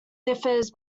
differs